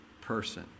person